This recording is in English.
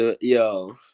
Yo